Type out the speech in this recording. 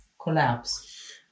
collapse